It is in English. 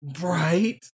right